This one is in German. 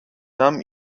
namen